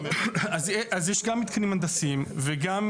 אז יש גם מתקנים הנדסיים וגם,